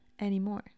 anymore